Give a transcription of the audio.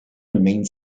remains